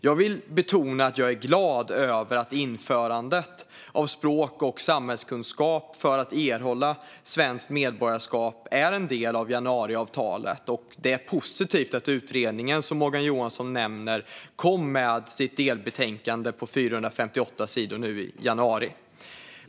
Jag vill betona att jag är glad över att införandet av språk och samhällskunskapskrav för att erhålla svenskt medborgarskap är en del av januariavtalet, och det är positivt att den utredning som Morgan Johansson nämner kom med ett delbetänkande på 458 sidor nu i januari.